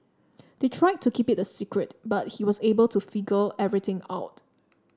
they tried to keep it a secret but he was able to figure everything out